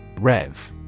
REV